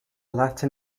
latin